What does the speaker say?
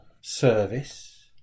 service